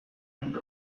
kito